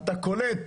אתה קולט